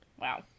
Wow